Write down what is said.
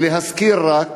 ולהזכיר רק